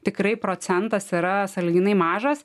tikrai procentas yra sąlyginai mažas